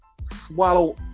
Swallow